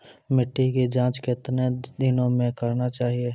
मिट्टी की जाँच कितने दिनों मे करना चाहिए?